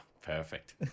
Perfect